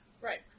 Right